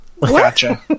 Gotcha